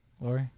Lori